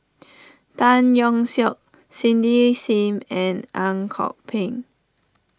Tan Yeok Seong Cindy Sim and Ang Kok Peng